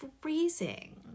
freezing